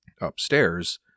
upstairs